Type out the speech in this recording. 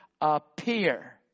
appear